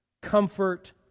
comfort